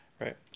right